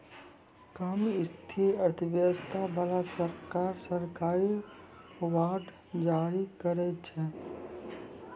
कम स्थिर अर्थव्यवस्था बाला सरकार, सरकारी बांड जारी करै छै